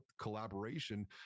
collaboration